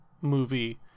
movie